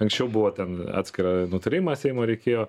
anksčiau buvo ten atskirą nutarimą seimo reikėjo